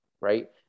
right